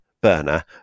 burner